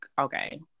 okay